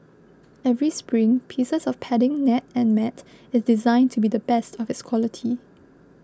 every spring piece of padding net and mat is designed to be the best of its quality